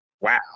Wow